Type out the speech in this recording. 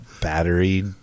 battery